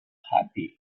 happy